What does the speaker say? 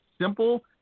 simple